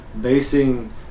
basing